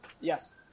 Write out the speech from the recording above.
Yes